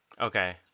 Okay